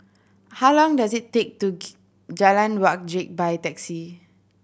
how long does it take to Jalan Wajek by taxi